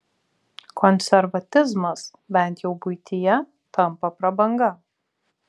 konservatizmas bent jau buityje tampa prabanga